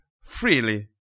freely